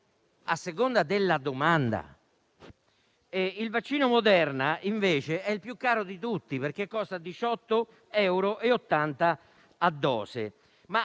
a seconda della domanda. Il vaccino Moderna invece è il più caro di tutti, perché costa 18,80 euro a dose.